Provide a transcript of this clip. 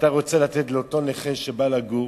ואתה רוצה לתת לאותו נכה שבא לגור,